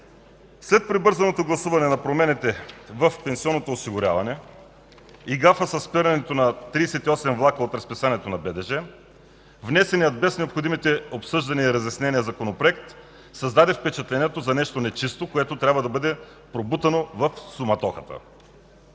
След прибързаното гласуване на промените в пенсионното осигуряване и гафа със спирането на 38 влака от разписанието на БДЖ, внесеният без необходимите обсъждания и разяснения Законопроект създаде впечатлението за нещо нечисто, което трябва да бъде пробутано в суматохата,